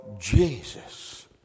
Jesus